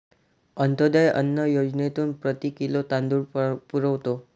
अंत्योदय अन्न योजनेतून प्रति किलो तांदूळ पुरवतो